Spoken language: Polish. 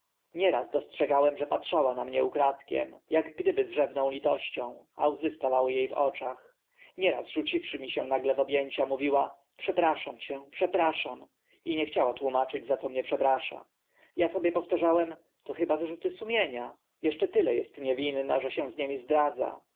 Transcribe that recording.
nieraz dostrzegłem że patrzała na mnie ukradkiem ak gdyby z rzewną litością a łzy stawały e w oczach nieraz rzuciwszy mi się nagle w ob ęcia mówiła przepraszam cię przepraszam i nie chciała tłumaczyć za co mnie przeprasza ja sobie powtarzałem to chyba wyrzuty sumienia eszcze tyle est niewinna że się z nimi zdradza